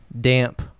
damp